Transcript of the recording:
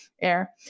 air